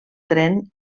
tren